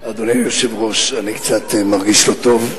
אדוני היושב-ראש, אני מרגיש קצת לא טוב.